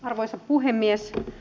arvoisa puhemies